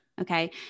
Okay